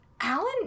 Alan